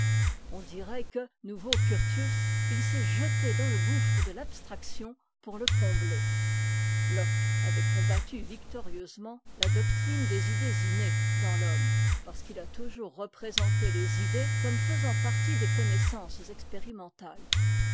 on dirait que nouveau curtius il s'est jeté dans le gouffre de l'abstraction pour le combler locke avait combattu victorieusement la doctrine des idées innées dans t'homme parce qu'il a toujours représenté les idées comme faisant partie des connaissances expérimentales